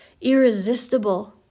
irresistible